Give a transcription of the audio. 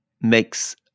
makes